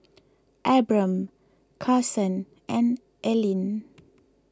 Abram Carson and Ellyn